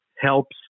helps